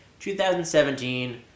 2017